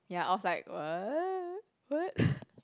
ya I was like what what